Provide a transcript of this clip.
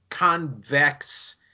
convex